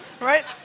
right